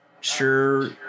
sure